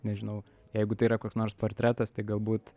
nežinau jeigu tai yra koks nors portretas tai galbūt